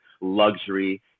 luxury